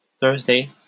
Thursday